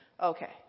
Okay